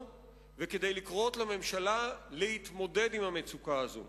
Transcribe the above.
וכדי לקרוא לממשלה להתמודד עם המצוקה הזאת.